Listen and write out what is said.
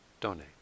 donate